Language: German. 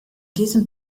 diesem